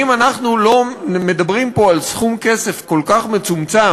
אם אנחנו לא מדברים פה על סכום כסף כל כך מצומצם,